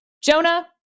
Jonah